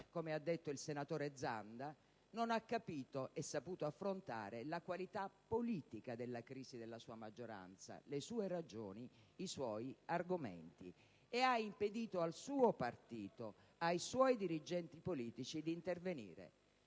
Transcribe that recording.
come ha detto il senatore Zanda - non ha capito e saputo affrontare la qualità politica della crisi della sua maggioranza, le sue ragioni, i suoi argomenti, e ha impedito al suo partito, ai suoi dirigenti politici di intervenire: